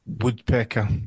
Woodpecker